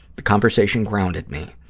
the conversation grounded me.